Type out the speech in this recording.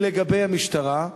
לגבי המשטרה,